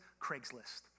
Craigslist